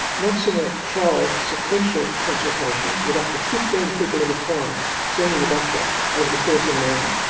noffsinger trialled sequential consultations with up to fifteen people at a time seeing the doctor over the course of an hour,